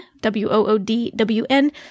W-O-O-D-W-N